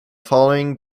following